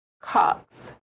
Cox